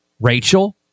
Rachel